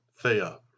Thea